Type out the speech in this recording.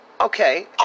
Okay